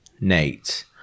Nate